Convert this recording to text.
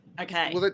okay